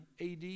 AD